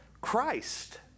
Christ